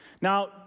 Now